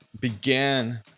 began